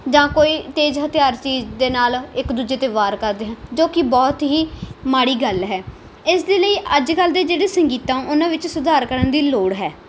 ਜਾਂ ਕੋਈ ਤੇਜ਼ ਹਥਿਆਰ ਚੀਜ਼ ਦੇ ਨਾਲ ਇੱਕ ਦੂਜੇ 'ਤੇ ਵਾਰ ਕਰਦੇ ਹਾ ਜੋ ਕਿ ਬਹੁਤ ਹੀ ਮਾੜੀ ਗੱਲ ਹੈ ਇਸ ਦੇ ਲਈ ਅੱਜ ਕੱਲ੍ਹ ਦੇ ਜਿਹੜੇ ਸੰਗੀਤ ਆ ਉਹਨਾਂ ਵਿੱਚ ਸੁਧਾਰ ਕਰਨ ਦੀ ਲੋੜ ਹੈ